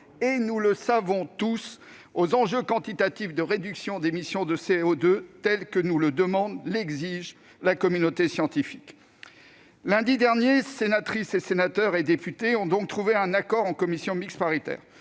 nous le savons tous, aux enjeux quantitatifs de réduction d'émissions de CO2 qu'exige la communauté scientifique. Lundi dernier, sénatrices, sénateurs, députées et députés ont donc trouvé un accord en commission mixte paritaire.